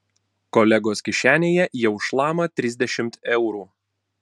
kolegos kišenėje jau šlama trisdešimt eurų